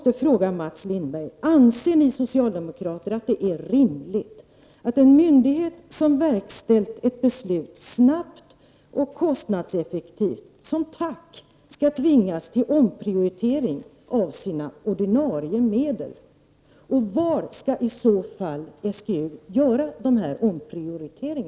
Anser ni socialdemokrater att det är rimligt att en myndighet som har verkställt ett beslut — snabbt och kostnadseffektivt — som tack för detta skall tvingas göra en omprioritering inom sina ordinarie medel? Och var skall i så fall SGU göra denna omprioritering?